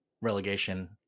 relegation